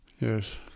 Yes